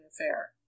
affair